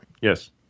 Yes